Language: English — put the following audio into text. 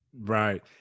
Right